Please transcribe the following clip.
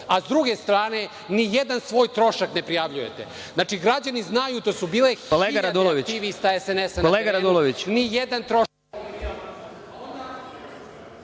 a s druge strane ni jedan svoj trošak ne prijavljujete. Znači, građani znaju, tu su bile hiljade aktivista SNS… **Vladimir